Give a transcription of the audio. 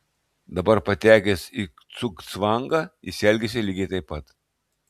dabar patekęs į cugcvangą jis elgiasi lygiai taip pat